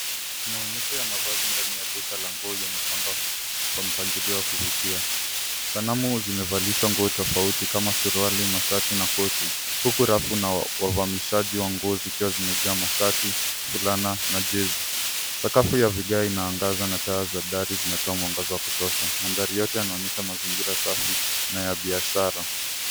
Maonyesho ya mavazi ndani ya duka la nguo yamepangwa kwa mpangilio wa kuvutia. Sanamu zimevalishwa nguo tofauti kama suruali, mashati na koti, huku rafu na wavamishaji wa nguo zikiwa zimejaa mashati, fulani na jezi. Sakafu ya vigae inaangaza na taa za dari zinatoa mwangaza wa kutosha. Mandhari yote yanonyesha mazingira safi na ya biashara.